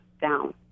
down